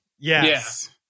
Yes